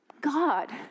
God